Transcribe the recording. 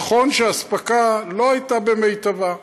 נכון שהאספקה לא הייתה במיטבה,